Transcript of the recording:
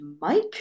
Mike